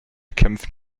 kämpfen